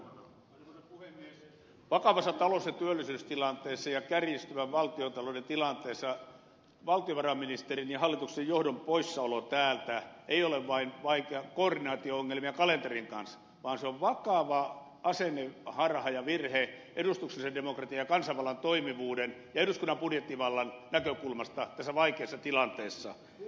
vakavassa talous ja työllisyystilanteessa ja kärjistyvän valtiontalouden tilanteessa valtiovarainministerin ja hallituksen johdon poissaolo täältä ei ole vain koordinaatio ongelmia kalenterin kanssa vaan se on vakava asenneharha ja virhe edustuksellisen demokratian ja kansanvallan toimivuuden ja eduskunnan budjettivallan näkökulmasta tässä vaikeassa tilanteessa